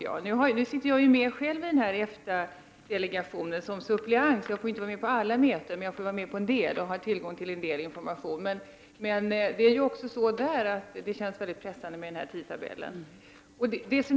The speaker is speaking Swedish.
Jag sitter själv med i EFTA-delegationen som suppleant. Jag får inte vara med på alla möten, men jag får vara med på en del och har tillgång till viss information. Men det känns även där pressande med denna tidtabell.